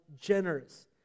generous